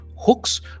hooks